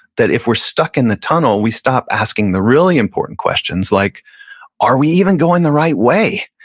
that if we're stuck in the tunnel, we stop asking the really important questions like are we even going the right way?